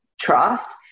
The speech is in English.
trust